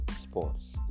sports